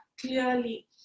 clearly